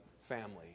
family